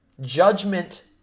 judgment